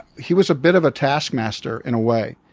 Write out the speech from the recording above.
he was a bit of a task master, in a way.